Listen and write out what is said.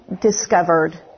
discovered